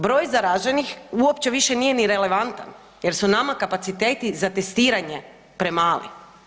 Broj zaraženih uopće više nije ni relevantan jer su nama kapaciteti za testiranje premali.